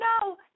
no